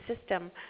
system